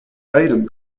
item